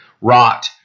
rot